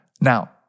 Now